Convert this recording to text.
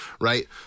right